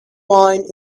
wine